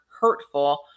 hurtful